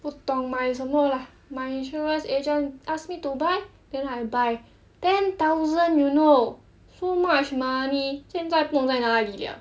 不懂买什么 lah my insurance agent ask me to buy then I buy ten thousand you know so much money 现在不懂在哪里 liao